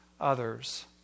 others